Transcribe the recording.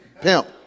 Pimp